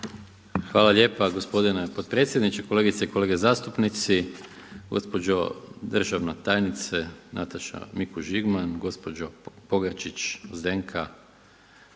Hvala lijepa gospodine potpredsjedniče, kolegice i kolege zastupnici, gospođo državna tajnice Nataša Mikuš Žigman, gospođo Pogačić Zdenka